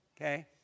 okay